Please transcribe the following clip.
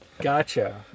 gotcha